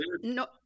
no